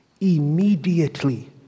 immediately